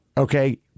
Okay